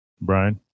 Brian